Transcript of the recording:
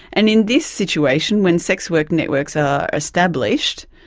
and in this situation when sex working networks are established,